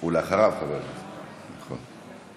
ואחריו, חבר הכנסת חיליק בר, נכון.